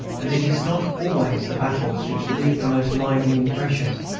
and it is not always the battles which leave the most lively impressions.